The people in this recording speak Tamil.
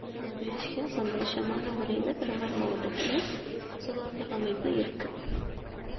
நல்லா மகிழ்ச்சியாக சந்தோஷமான முறையில் பெரம்பலூர் மாவட்டத்தில் சுகாதார அமைப்பு இருக்குது